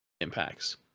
impacts